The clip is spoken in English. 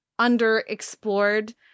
underexplored